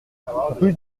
rue